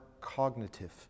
cognitive